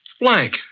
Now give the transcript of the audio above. blank